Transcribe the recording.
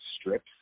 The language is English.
strips